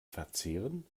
verzehren